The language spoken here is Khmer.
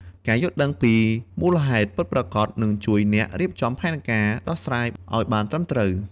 ការយល់ដឹងពីមូលហេតុពិតប្រាកដនឹងជួយអ្នករៀបចំផែនការដោះស្រាយឲ្យបានត្រឹមត្រូវ។